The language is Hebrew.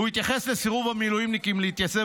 הוא התייחס לסירוב המילואימניקים להתייצב